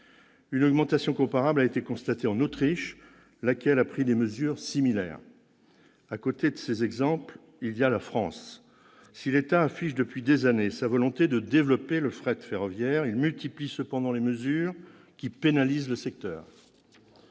Une dynamique comparable a été constatée en Autriche, où ont été prises des mesures similaires. de la France ? Si l'État affiche depuis des années sa volonté de développer le fret ferroviaire, il multiplie cependant les mesures qui pénalisent le secteur.